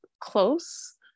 close